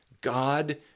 God